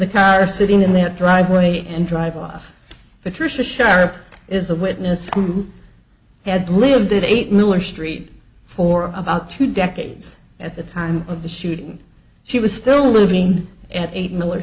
the car sitting in that driveway and drive off patricia sharp is a witness who had lived it eight miller street for about two decades at the time of the shooting she was still living at eight miller